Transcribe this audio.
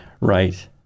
Right